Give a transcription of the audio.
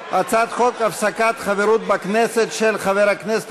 הצעת חוק הפסקת חברות בכנסת של חבר הכנסת